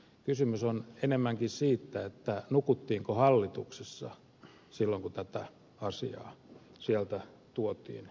kysymys on enemmänkin siitä nukuttiinko hallituksessa silloin kun tätä asiaa sieltä tuotiin eteenpäin